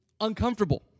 uncomfortable